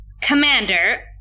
Commander